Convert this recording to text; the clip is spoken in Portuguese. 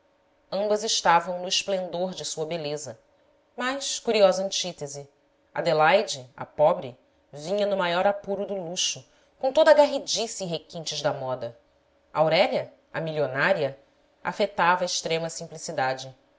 ambas estavam no esplendor de sua beleza mas curiosa antítese adelaide a pobre vinha no maior apuro do luxo com toda a garridice e requintes da moda aurélia a milionária afetava extrema simplicidade